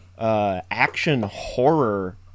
action-horror